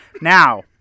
Now